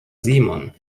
simon